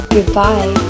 Goodbye